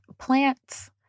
plants